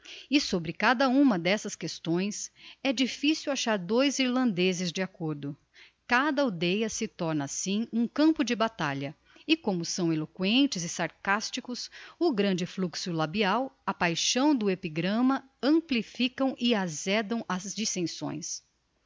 e sobre cada uma d'estas questões é difficil achar dois irlandezes de accordo cada aldeia se torna assim um campo de batalha e como são eloquentes e sarcasticos o grande fluxo labial a paixão do epigramma amplificam e azedam as dissensões